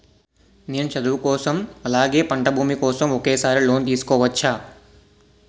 నేను చదువు కోసం అలాగే పంట భూమి కోసం ఒకేసారి లోన్ తీసుకోవచ్చా?